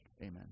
Amen